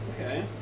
okay